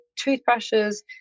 toothbrushes